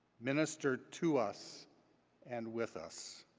minister to us and with us.